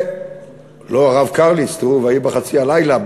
לא הרב קרליץ, תראו, ויהי בחצי הלילה.